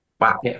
wow